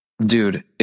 Dude